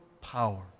power